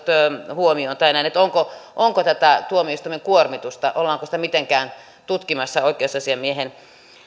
huomioon tai näin ollaanko tätä tuomioistuinten kuormitusta mitenkään tutkimassa oikeusasiamiehen